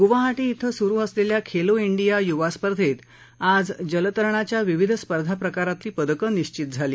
गुवाहारी ब्रिं सुरु असलेल्या खेलो डिया युवा स्पर्धेत आज जलतरणाच्या विविध स्पर्धा प्रकारातली पदकं निश्चित झाली